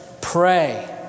pray